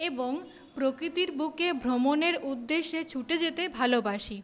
এবং প্রকৃতির বুকে ভ্রমণের উদ্দেশ্যে ছুটে যেতে ভালোবাসি